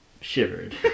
shivered